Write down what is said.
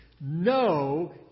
no